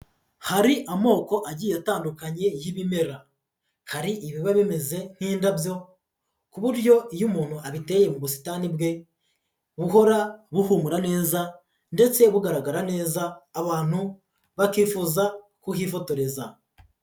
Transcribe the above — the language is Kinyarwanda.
Hari amoko agiye atandukanye y'ibimera, hari ibiba bimeze nk'indabyo ku buryo iyo umuntu abiteye mu busitani bwe buhora buhumura neza ndetse bugaragara neza abantu bakifuza kuhifotoreza.